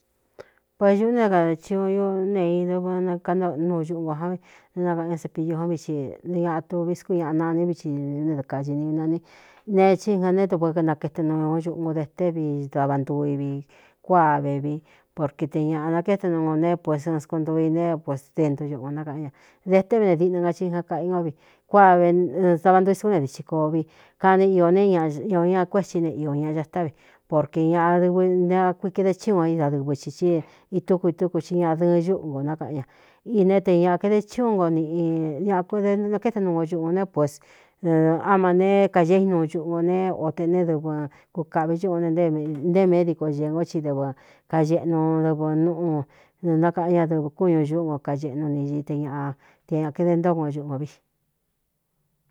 Payuꞌú né kadā chiuun ñú neidɨvɨ nkanonuu ñuꞌun ko néé nakaꞌan ñá sepidijon vií xi ñaꞌa tuvi skú ñaꞌa naní vi ine dɨkaininani nee cí iga neé duvɨ nakaete n ñuꞌngo de té vi davantuu i vi kuá vevi porqe te ñāꞌa nakéte nu ngo ne pues ɨn skontoo i ne pus dentu ñuꞌungō nákaꞌan ña de té ve ne diꞌna nga ci ingan kaꞌi ngo vi kuáa v davantui skún ne dici koo vi kani iō ne ña o ña kuétí ne iō ñaꞌa chatá vi porqē ñaꞌdɨvɨ ntekuikede chí uun idadɨvɨ ci cí itúku vi túku i ñaꞌadɨɨn ñúꞌu nkō nákaꞌan ña iné te ñaꞌa kaede chí un nko niꞌi ñaꞌ kdenakéte nuu no ñuꞌunō né pués á ma nēé kaīe inuu cuꞌungo ne o tē neé dɨvɨ kukaꞌvi ñuꞌu ne ntee médico ñēē ngó ci dɨvɨ kañeꞌnu dɨvɨ núꞌu nu nákaꞌan ñadɨvɨ kúñu ñúꞌu nko kaeꞌnu ni i i te ñāꞌa te ña kede ntókon o ñuꞌu nko vi.